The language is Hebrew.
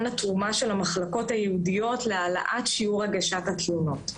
התרומה של המחלקה הייעודיות להעלאת שיעור הגשת התלונות.